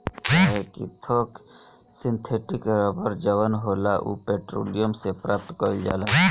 काहे कि थोक सिंथेटिक रबड़ जवन होला उ पेट्रोलियम से प्राप्त कईल जाला